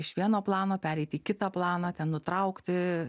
iš vieno plano pereiti į kitą planą ten nutraukti